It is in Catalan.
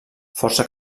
força